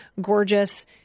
gorgeous